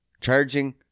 charging